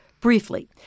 Briefly